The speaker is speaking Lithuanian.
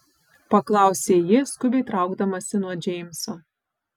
paklausė ji skubiai traukdamasi nuo džeimso